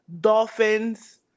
Dolphins